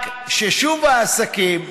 רק ששוב העסקים הזעירים,